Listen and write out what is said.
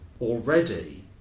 already